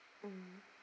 mm